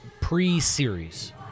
pre-series